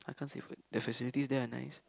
I can't say food the facilities there are nice